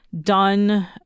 done